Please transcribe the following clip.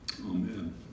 Amen